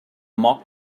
mock